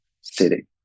city